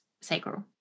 sacral